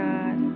God